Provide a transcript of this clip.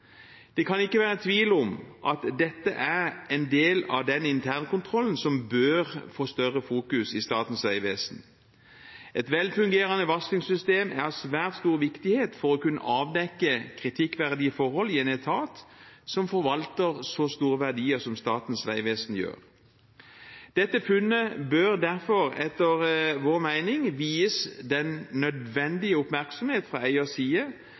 Det kan ikke være tvil om at dette er en del av den internkontrollen som bør få større fokus i Statens vegvesen. Et velfungerende varslingssystem er av svært stor viktighet for å kunne avdekke kritikkverdige forhold i en etat som forvalter så store verdier som Statens vegvesen gjør. Dette funnet bør derfor etter vår mening vies den nødvendige oppmerksomhet fra eiers side,